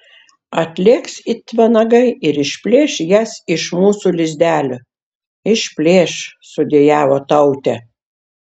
atlėks it vanagai ir išplėš jas iš mūsų lizdelio išplėš sudejavo tautė